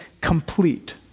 complete